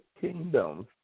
kingdoms